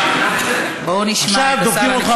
בואו נשמע את השר.